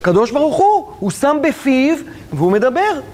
הקדוש ברוך הוא! הוא שם בפיו, והוא מדבר!